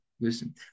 listen